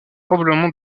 probablement